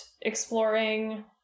exploring